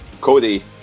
Cody